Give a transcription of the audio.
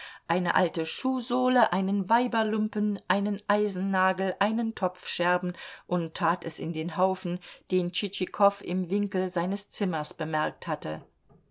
eine alte schuhsohle einen weiberlumpen einen eisennagel einen topfscherben und tat es in den haufen den tschitschikow im winkel seines zimmers bemerkt hatte